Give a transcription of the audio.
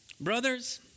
Brothers